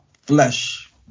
flesh